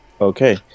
Okay